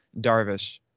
Darvish